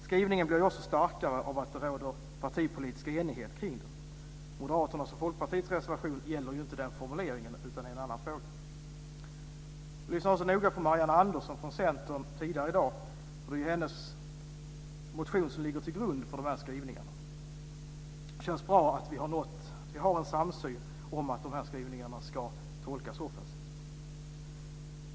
Skrivningen blir också starkare av att det råder partipolitisk enighet kring den. Moderaternas och Folkpartiets reservation gäller ju inte den formuleringen utan en annan fråga. Jag lyssnade också noga på Marianne Andersson från Centern tidigare i dag. Det är ju hennes motion som ligger till grund för de här skrivningarna. Det känns bra att vi har en samsyn om att de här skrivningarna ska tolkas offensivt.